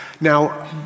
now